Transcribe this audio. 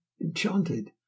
enchanted